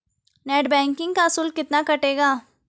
Net banking का शुल्क कितना कटेगा?